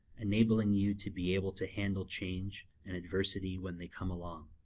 enabling you to be able to handle change and adversity when they come along.